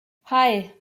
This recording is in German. hei